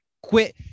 quit